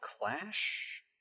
Clash